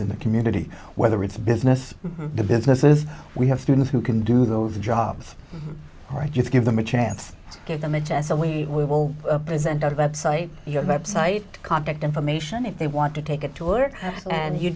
in the community whether it's business the business is we have students who can do those jobs right you give them a chance give them a test and we will present our website your website contact information if they want to take a tour and you